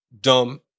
dumb